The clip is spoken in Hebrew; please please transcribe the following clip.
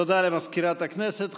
תודה למזכירת הכנסת.